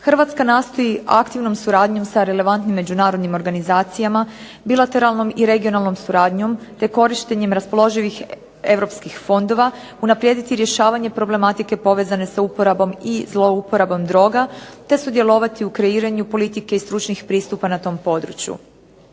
Hrvatska nastoji aktivnom suradnjom sa relevantnim međunarodnim organizacijama, bilatelarnom i regionalnom suradnjom te korištenjem raspoloživih europskih fondova unaprijediti rješavanje problematike povezane sa uporabom i zlouporabom droga te sudjelovati u kreiraju politike i stručnih pristupa na tom području.